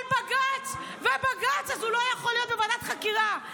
בג"ץ הוא לא יכול להיות בוועדת חקירה.